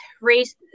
race